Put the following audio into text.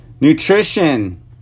nutrition